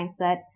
mindset